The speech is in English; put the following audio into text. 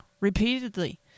repeatedly